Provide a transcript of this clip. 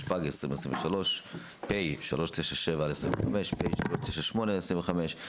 התשפ"ג 2023 (פ/397/25) (פ/398/25)